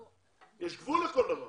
יש גבול לכל דבר.